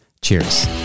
cheers